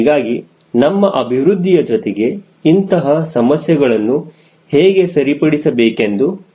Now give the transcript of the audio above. ಹೀಗಾಗಿ ನಮ್ಮ ಅಭಿವೃದ್ಧಿಯ ಜೊತೆಗೆ ಇಂತಹ ಸಮಸ್ಯೆಗಳನ್ನು ಹೇಗೆ ಸರಿಪಡಿಸಬೇಕೆಂದು ಕಾಣಬೇಕು